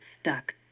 Stuck